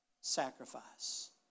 sacrifice